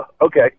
okay